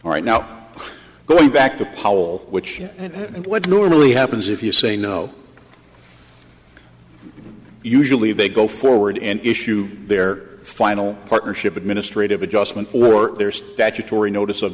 right now going back to powell which and what normally happens if you say no usually they go forward and issue their final partnership administrative adjustment or their statutory notice of